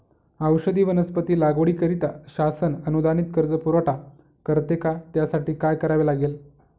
औषधी वनस्पती लागवडीकरिता शासन अनुदानित कर्ज पुरवठा करते का? त्यासाठी काय करावे लागेल?